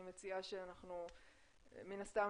אני מציעה אנחנו מן הסתם,